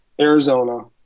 arizona